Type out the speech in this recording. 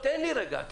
תן לי לסיים.